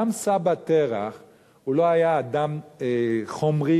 גם סבא תרח לא היה אדם חומרי,